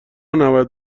نباید